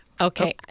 Okay